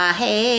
hey